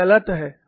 यह गलत है